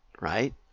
right